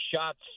shots